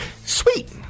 sweet